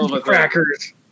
Crackers